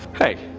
hey,